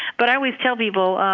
but i always tell people,